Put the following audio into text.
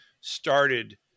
started